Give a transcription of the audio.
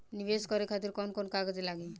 नीवेश करे खातिर कवन कवन कागज लागि?